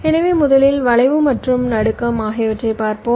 எனவே முதலில் வளைவு மற்றும் நடுக்கம் ஆகியவற்றைப் பார்ப்போம்